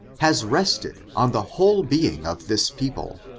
has rested on the whole being of this people,